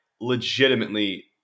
legitimately